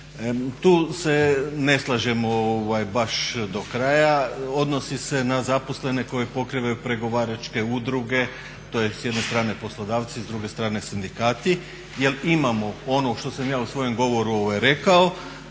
Tu se ne slažemo baš do kraja. Odnosi se na zaposlene koji pokrivaju pregovaračke udruge, to je s jedne strane poslodavci, s druge strane sindikati jer imamo ono što sam ja u svojem govoru rekao,